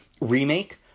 remake